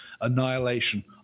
annihilation